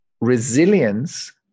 resilience